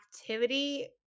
activity